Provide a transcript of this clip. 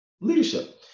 Leadership